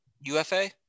UFA